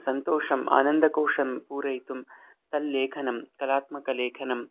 सन्तोषम् आनन्दकोशं पूरयितुं तल्लेखनं कलात्मकलेखनं